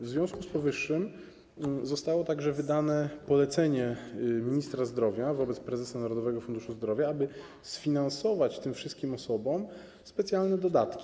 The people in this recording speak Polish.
W związku z powyższym zostało także wydane polecenie ministra zdrowia wobec prezesa Narodowego Funduszu Zdrowia, aby sfinansować tym wszystkim osobom specjalne dodatki.